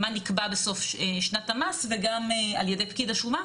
בסוף שנת המס על ידי פקיד השומה,